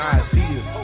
ideas